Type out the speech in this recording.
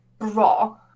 raw